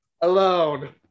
alone